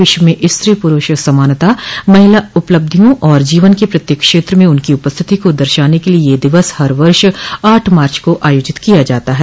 विश्व में स्त्री पुरूष समानता महिला उपलब्धियों और जीवन के प्रत्येक क्षेत्र में उनकी उपस्थिति को दर्शाने के लिए यह दिवस हर वर्ष आठ मार्च को आयोजित किया जाता है